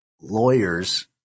lawyers